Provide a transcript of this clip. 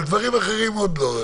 על דברים אחרים עוד לא.